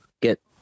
get